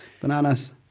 bananas